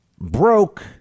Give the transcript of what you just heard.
broke